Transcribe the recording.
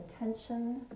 attention